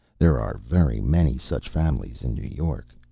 there are very many such families in new york.